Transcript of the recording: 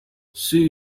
see